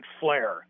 flare